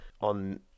on